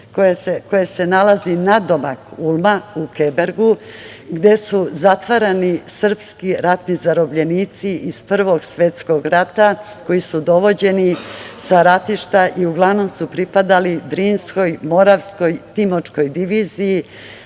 koje se nalazi nadomak Ulma, u Kubergu, gde su zatvarani srpski ratni zarobljenici iz Prvog svetskog rata, koji su dovođeni sa ratišta i uglavnom su pripadali Drinskoj, Moravskoj i Timočkoj diviziji,